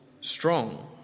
Strong